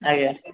ଆଜ୍ଞା